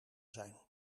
zijn